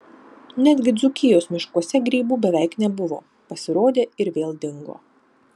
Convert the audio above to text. netgi dzūkijos miškuose grybų beveik nebuvo pasirodė ir vėl dingo